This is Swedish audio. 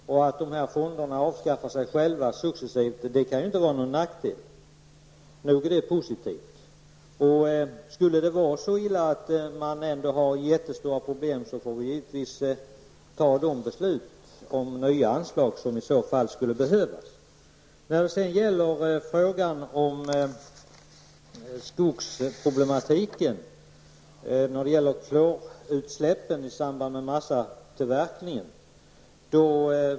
Att dessa fonder avskaffar sig själva successivt kan inte vara någon nackdel. Nog är det positivt. Skulle det vara så illa att det ändå finns jättestora problem, får vi givetvis fatta de beslut om nya anslag som i så fall skulle behövas. En del av skogsproblematiken är klorutsläppen i samband med massatillverkningen.